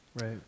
Right